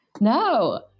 no